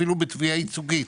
אפילו בתביעה ייצוגית,